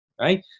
Right